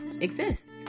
exists